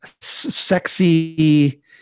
sexy